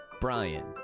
Brian